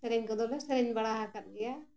ᱥᱮᱨᱮᱧ ᱠᱚᱫᱚ ᱞᱮ ᱥᱮᱨᱮᱧ ᱵᱟᱲᱟ ᱟᱠᱟᱫ ᱜᱮᱭᱟ